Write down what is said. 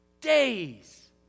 Days